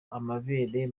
amabere